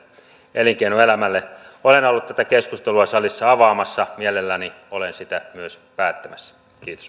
elinkeinoelämälle olen ollut tätä keskustelua salissa avaamassa mielelläni olen sitä myös päättämässä